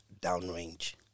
downrange